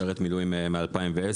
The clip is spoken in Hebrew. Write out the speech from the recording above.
אני משרת מילואים מ-2010,